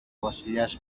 βασιλιάς